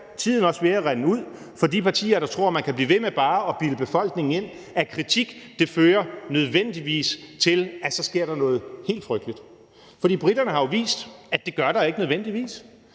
tiden også ved at rinde ud for de partier, der tror, man kan blive ved med bare at bilde befolkningen ind, at kritik nødvendigvis fører til, at der så sker noget helt frygteligt. For briterne har jo vist, at det gør der ikke nødvendigvis.